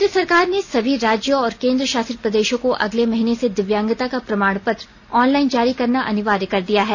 केन्द्र ने सभी राज्यों और केन्द्रशासित प्रदेशों के लिए अगले महीने से दिव्यांगता का प्रमाण पत्र ऑनलाइन जारी करना अनिवार्य कर दिया है